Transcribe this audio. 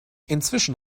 inzwischen